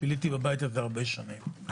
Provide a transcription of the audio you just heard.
ביליתי בבית הזה הרבה שנים.